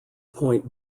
point